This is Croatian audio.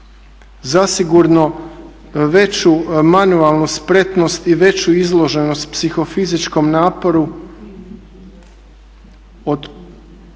Zasigurno veću manualnu spretnost i veću izloženost psihofizičkom naporu od dobrog